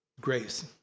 Grace